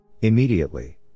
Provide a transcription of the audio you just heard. immediately